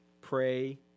pray